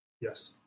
Yes